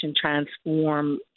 Transform